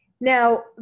Now